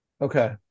Okay